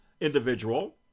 individual